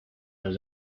los